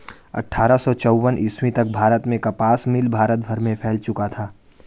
अट्ठारह सौ चौवन ईस्वी तक भारत में कपास मिल भारत भर में फैल चुका था